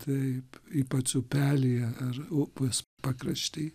taip ypač upelyje ar upės pakrašty